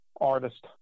artist